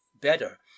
better